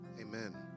Amen